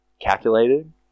calculated